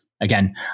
again